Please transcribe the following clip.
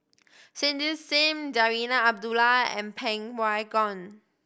Cindy Sim Zarinah Abdullah and Yeng Pway Ngon